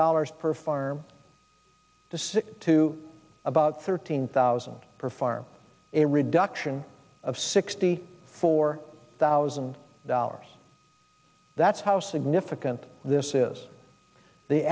dollars per farm to six to about thirteen thousand per farm a reduction of sixty four thousand dollars that's how significant this is the